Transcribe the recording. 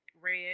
red